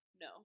No